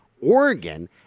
Oregon